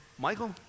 Michael